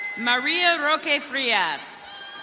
maria rogegriez.